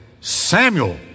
Samuel